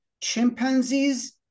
chimpanzees